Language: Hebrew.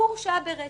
הוא הורשע ברצח.